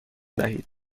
دهید